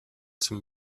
some